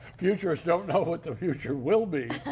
futurists don't know what the future will be.